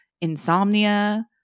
insomnia